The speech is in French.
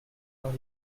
par